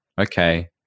okay